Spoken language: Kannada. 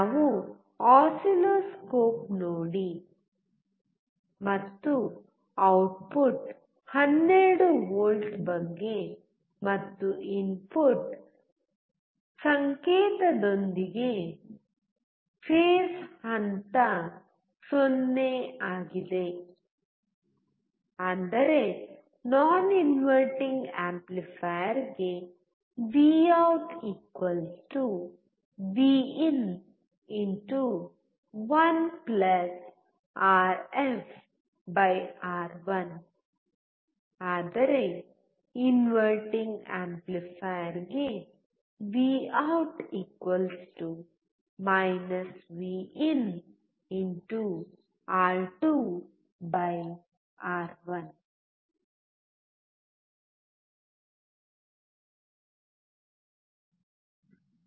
ನಾವು ಆಸಿಲ್ಲೋಸ್ಕೋಪ್ ನೋಡಿ ಮತ್ತು ಔಟ್ಪುಟ್ 12 ವಿ ಬಗ್ಗೆ ಮತ್ತು ಇನ್ಪುಟ್ ಸಂಕೇತದೊಂದಿಗೆ ಫೇಸ್ ಹಂತ 0 ಆಗಿದೆ ಅಂದರೆ ನಾನ್ ಇನ್ವರ್ಟಿಂಗ್ ಆಂಪ್ಲಿಫಯರ್ ಗೆ ವಿಔಟ್ವಿಇನ್1 ಆರ್ಎಫ್ ಆರ್1 VoutVin1RfR1 ಆದರೆ ರ್ಇನ್ವರ್ಟಿಂಗ್ ಆಂಪ್ಲಿಫಯರ್ ಗೆ ವಿಔಟ್ ವಿಇನ್ಆರ್2 ಆರ್1 Vout VinR2R1